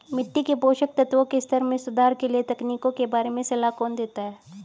मिट्टी के पोषक तत्वों के स्तर में सुधार के लिए तकनीकों के बारे में सलाह कौन देता है?